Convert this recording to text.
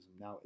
Now